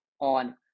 on